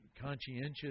conscientious